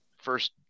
first